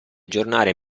aggiornare